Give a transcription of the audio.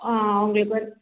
ஆ அவங்களுக்கு வந்து